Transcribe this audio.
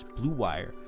bluewire